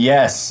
Yes